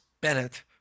Bennett